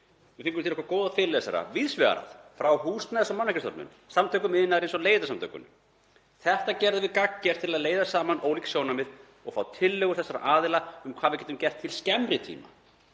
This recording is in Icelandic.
Við fengum til okkar góða fyrirlesara víðsvegar að; frá Húsnæðis- og mannvirkjastofnun, Samtökum iðnaðarins og Leigjendasamtökunum. Þetta gerðum við gagngert til að leiða saman ólík sjónarmið og fá tillögur þessara aðila um hvað við getum gert til skemmri tíma.